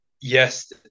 yes